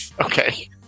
Okay